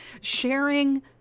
sharing